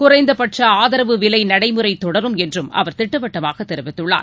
குறைந்தபட்ச ஆதரவு விலை நடைமுறை தொடரும் என்றும் அவர் திட்டவட்டமாக தெரிவித்துள்ளார்